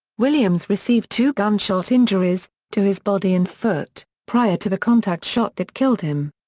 williams received two gunshot injuries, to his body and foot, prior to the contact shot that killed him.